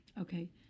Okay